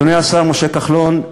אדוני השר משה כחלון,